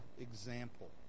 example